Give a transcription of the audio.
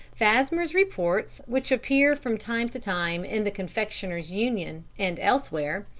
vasmer's reports which appear from time to time in the confectioners' union and elsewhere,